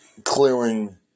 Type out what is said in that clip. clearing